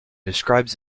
describes